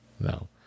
No